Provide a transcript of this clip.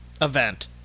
event